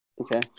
Okay